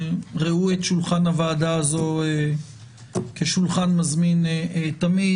ראו את שולחן הוועדה הזאת כשולחן מזמין תמיד.